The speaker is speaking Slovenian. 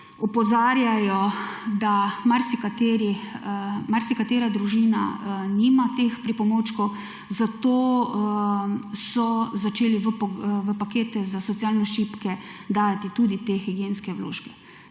opozarjajo, da marsikatera družina nima teh pripomočkov, zato so začeli v pakete za socialno šibke dajati tudi te higienske vložke.